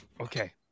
Okay